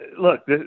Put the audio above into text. look